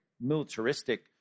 militaristic